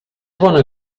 bona